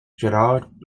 gerard